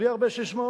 בלי הרבה ססמאות.